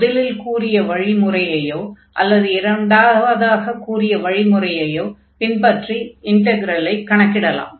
முதலில் கூறிய வழிமுறையையோ அல்லது இரண்டாவதாக கூறிய வழிமுறையையோ பின்பற்றி இன்டக்ரலை கணக்கிடலாம்